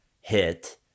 hit